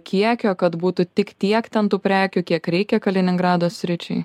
kiekio kad būtų tik tiek ten tų prekių kiek reikia kaliningrado sričiai